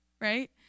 right